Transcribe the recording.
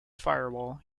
firewall